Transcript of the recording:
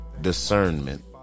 Discernment